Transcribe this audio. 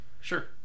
Sure